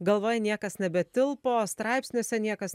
galvoji niekas nebetilpo straipsniuose niekas